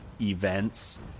events